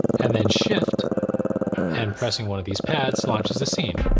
and then shift and pressing one of these pads launches the scene.